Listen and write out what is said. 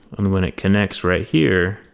and when it connects right here,